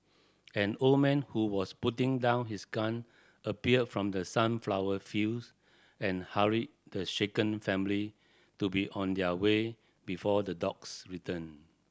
an old man who was putting down his gun appeared from the sunflower fields and hurried the shaken family to be on their way before the dogs return